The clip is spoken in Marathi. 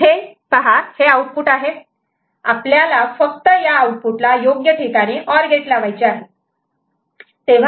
इथे हे आऊटपुट आहे आपल्याला फक्त या आऊटपुटला योग्य ठिकाणी ऑर गेट लावायचे आहेत